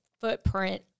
footprint